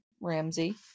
Ramsey